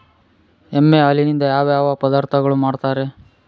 ಎಮ್ಮೆ ಹಾಲಿನಿಂದ ಯಾವ ಯಾವ ಪದಾರ್ಥಗಳು ಮಾಡ್ತಾರೆ?